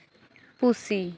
ᱯᱩᱥᱤ